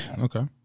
Okay